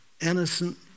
innocent